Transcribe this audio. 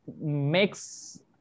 makes